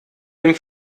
dem